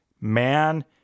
man